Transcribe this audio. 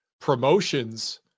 promotions